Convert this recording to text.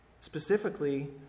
Specifically